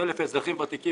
ל-300,000 אזרחים ותיקים